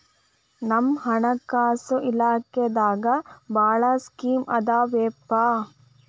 ನಮ್ ಹಣಕಾಸ ಇಲಾಖೆದಾಗ ಭಾಳ್ ಸ್ಕೇಮ್ ಆದಾವೊಪಾ